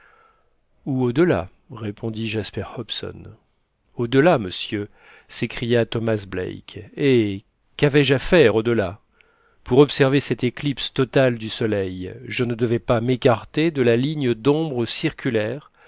ou au-delà répondit jasper hobson au-delà monsieur s'écria thomas black eh quavais je à faire au-delà pour observer cette éclipse totale de soleil je ne devais pas m'écarter de la ligne d'ombre circulaire